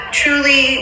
truly